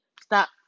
stop